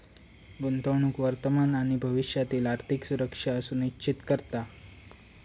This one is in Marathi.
गुंतवणूक वर्तमान आणि भविष्यातील आर्थिक सुरक्षा सुनिश्चित करता